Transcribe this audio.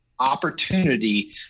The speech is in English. opportunity